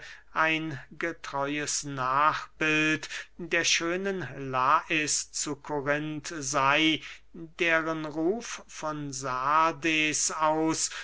ein getreues nachbild der schönen lais zu korinth sey deren ruf von sardes aus